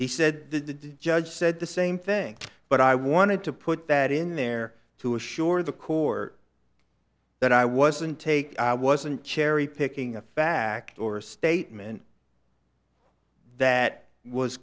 he said the judge said the same thing but i wanted to put that in there to assure the court that i wasn't take i wasn't cherry picking a fact or statement that was